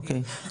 אוקיי?